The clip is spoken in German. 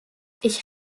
ich